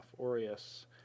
aureus